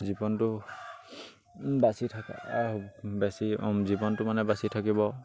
জীৱনটো বাচি থকা বেছি জীৱনটো মানে বাছি থাকিব